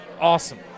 awesome